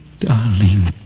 Darling